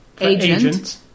agent